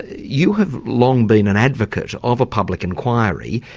you have long been an advocate of a public inquiry.